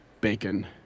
bacon